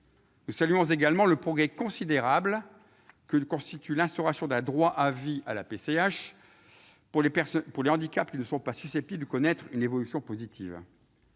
Nous saluons également le progrès considérable que constitue l'instauration d'un droit à vie à la PCH pour les handicaps qui ne sont pas susceptibles de connaître une évolution positive.